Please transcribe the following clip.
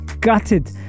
gutted